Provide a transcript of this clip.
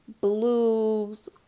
blues